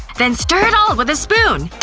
then stir it all with a spoon.